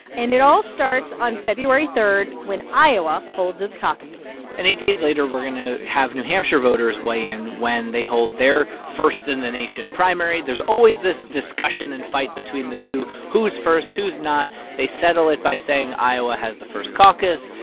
and it all starts on february three, when iowa holds its caucuses and eight days later, we're going to have new hampshire voters weigh in when they hold their first-in-the-nation primary. there's always this discussion and fight between the two. who's first? who's not? they settle it by saying iowa has the first caucus,